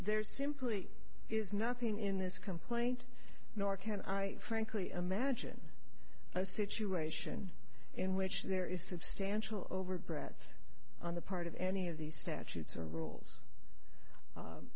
there simply is nothing in his complaint nor can i frankly imagine a situation in which there is substantial overbred on the part of any of these statutes or rules